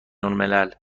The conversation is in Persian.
الملل